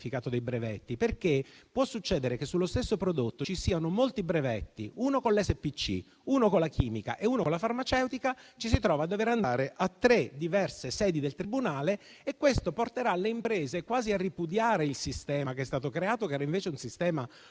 perché potrà succedere che sullo stesso prodotto ci siano molti brevetti, uno con l'SPC, uno con la chimica e uno con la farmaceutica; ci si troverà a dover andare in tre diverse sedi del Tribunale. E questo porterà le imprese quasi a ripudiare il sistema che è stato creato, che era invece molto utile.